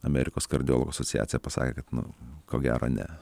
amerikos kardiologų asociacija pasakė kad nu ko gero ne